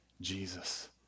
Jesus